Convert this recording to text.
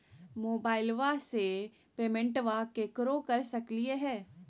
मोबाइलबा से पेमेंटबा केकरो कर सकलिए है?